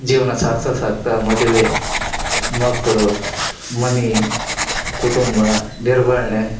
ಜೀವನ ಸಾಗ್ಸೋ ಸಾಗ್ತಾ ಮದುವೆ ಮಕ್ಕಳು ಮನೆ ಕುಟುಂಬ ನಿರ್ವಹಣೆ